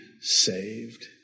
saved